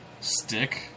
stick